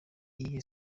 iyihe